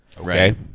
Right